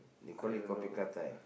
we call it kopi Ga Dai